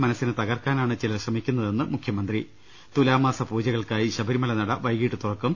മനസ്സിനെ തകർക്കാനാണ് ചിലർ ശ്രമിക്കുന്നതെന്ന് മുഖ്യമന്ത്രി തുലാമാസ പൂജകൾക്കായി ശബരിമല ന്ട വൈകിട്ട് തുറക്കും